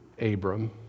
Abram